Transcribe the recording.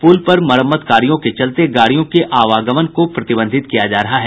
पुल पर मरम्मत कार्यों के चलते गाड़ियों के आवागमन को प्रतिबंधित किया जा रहा है